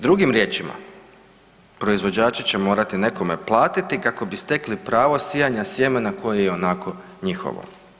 Drugim riječima, proizvođači će morati nekome platiti kako bi stekli pravo sijanja sjemena koje je i onako njihovo.